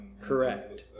Correct